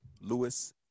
Lewis